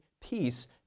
peace